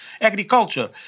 agriculture